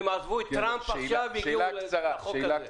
הם עזבו את טראמפ והגיעו לחוק הזה.